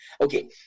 Okay